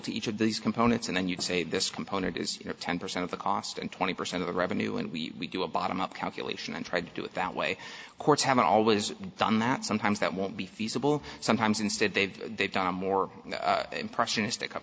to each of these components and then you say this component is ten percent of the cost and twenty percent of the revenue and we do a bottom up calculation and tried to do it that way courts have always done that sometimes that won't be feasible sometimes instead they've done a more impressionistic